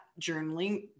journaling